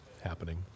happening